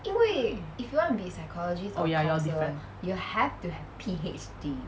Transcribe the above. oh ya you're different